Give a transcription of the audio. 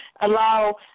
allow